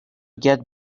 get